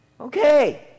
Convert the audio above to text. okay